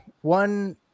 One